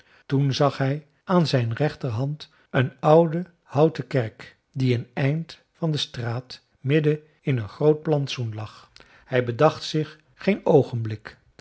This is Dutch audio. toen zag hij aan zijn rechterhand een oude houten kerk die een eind van de straat midden in een groot plantsoen lag hij bedacht zich geen oogenblik